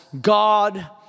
God